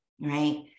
right